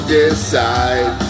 decide